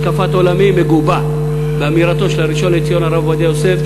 השקפת עולמי מגובה באמירתו של הראשון לציון הרב עובדיה יוסף,